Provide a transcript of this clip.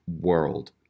world